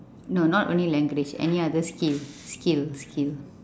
no not only language any other skill skill skill